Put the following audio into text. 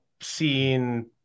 seen